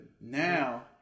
now